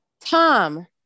Tom